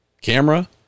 camera